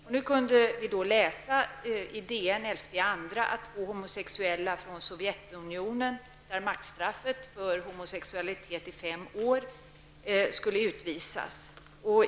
Den 11 februari i år kunde vi i Dagens Nyheter läsa att två homosexuella från Sovjetunionen, där maximistaffet för homosexualitet är fem år, skulle utvisas.